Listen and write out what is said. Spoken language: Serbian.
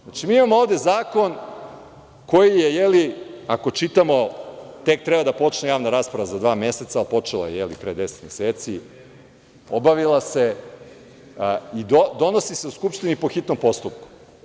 Znači, mi imamo ovde zakon koji, ako čitamo, tek treba da počne javna rasprava za dva meseca, a počela je pre deset meseci, obavila se i donosi se u Skupštini po hitnom postupku.